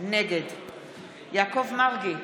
נגד יעקב מרגי,